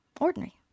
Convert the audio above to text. ordinary